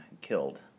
killed